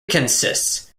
consists